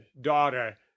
daughter